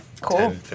Cool